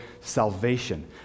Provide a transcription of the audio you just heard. salvation